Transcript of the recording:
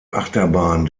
achterbahn